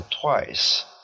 twice